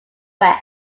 west